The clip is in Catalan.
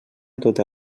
tota